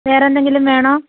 വേറെ എന്തെങ്കിലും വേണോ